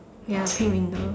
ya pink window